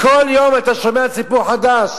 כל יום אתה שומע סיפור חדש.